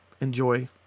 enjoy